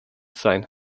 sein